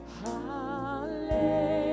Hallelujah